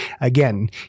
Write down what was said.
Again